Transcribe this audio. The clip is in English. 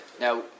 Now